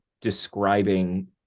describing